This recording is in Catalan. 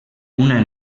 una